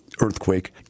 earthquake